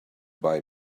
buy